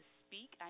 speak